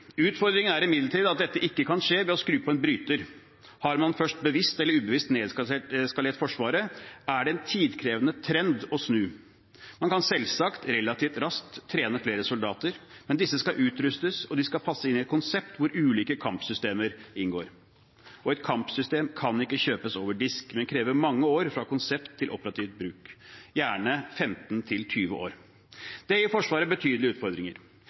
Utfordringen er imidlertid at dette ikke kan skje ved å skru på en bryter. Har man først bevisst eller ubevisst nedskalert Forsvaret, er det en tidkrevende trend å snu. Man kan selvsagt relativt raskt trene flere soldater, men disse skal utrustes, og de skal passe inn i et konsept hvor ulike kampsystemer inngår. Og et kampsystem kan ikke kjøpes over disk, men krever mange år fra konsept til operativ bruk – gjerne 15–20 år. Det gir Forsvaret betydelige utfordringer.